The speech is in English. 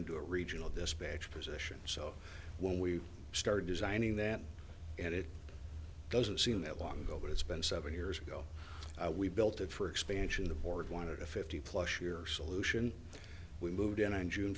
into a region of this batch position so when we started designing that and it doesn't seem that long ago but it's been several years ago we built it for expansion of board wanted a fifty plus year solution we moved in on june